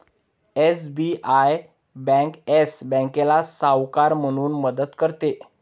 SBI bank yes बँकेला सावकार म्हणून मदत करते